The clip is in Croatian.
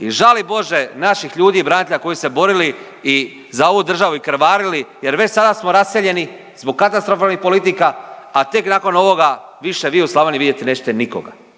i žali Bože naših ljudi i branitelja koji su se borili i za ovu državu i krvarili jer već sada smo raseljeni zbog katastrofalnih politika, a tek nakon ovoga više vi u Slavoniji vidjeti nećete nikoga.